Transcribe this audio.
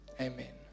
Amen